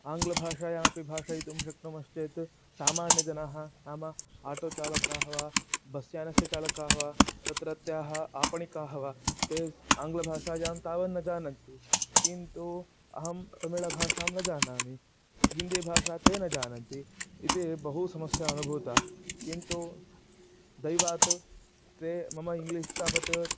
आङ्ग्लभाषायाम् अपि भाषयितुं शक्नुमश्चेत् सामान्यजनाः नाम आटो चालकाः वा बस्यानस्य चालकाः वा तत्रत्याः आपणिकाः वा ते स् आङ्ग्लभाषायां तावत् न जानन्ति किन्तु अहं तमिळ्भाषां न जानामि हिन्दी भाषा ते न जानान्ति इति बहु समस्या अनुभूता किन्तु दैवात् ते मम इङ्ग्लीश् तावत्